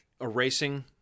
erasing